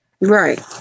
Right